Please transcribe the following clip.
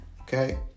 okay